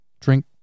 Drink